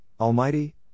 almighty